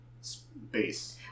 space